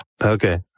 Okay